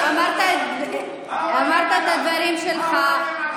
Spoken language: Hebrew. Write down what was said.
אתה תשב בכלא.